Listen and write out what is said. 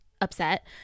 upset